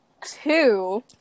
Two